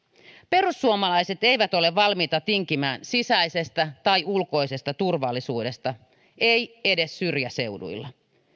perussuomalaiset eivät ole valmiita tinkimään sisäisestä tai ulkoisesta turvallisuudesta eivät edes syrjäseuduilla